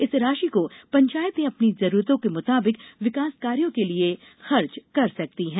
इस राशि को पंचायते अपनी जरूरतों के मुताबिक विकास कार्यो के लिए खर्च कर सकती है